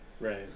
Right